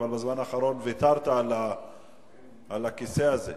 אבל בזמן האחרון ויתרת על ה"כיסא" הזה.